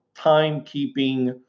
timekeeping